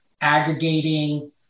aggregating